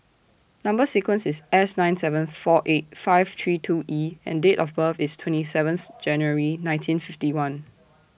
Number sequence IS S nine seven four eight five three two E and Date of birth IS twenty seventh January nineteen fifty one